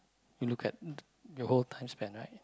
you look at the your whole time span right